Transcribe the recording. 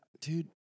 dude